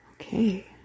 Okay